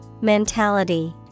Mentality